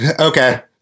Okay